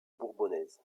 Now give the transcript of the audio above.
bourbonnaise